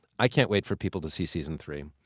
i can't wait for people to see season three.